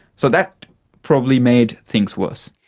so that probably made things worse.